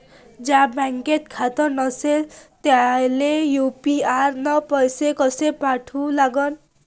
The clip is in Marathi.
ज्याचं बँकेत खातं नसणं त्याईले यू.पी.आय न पैसे कसे पाठवा लागन?